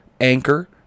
Anchor